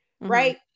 Right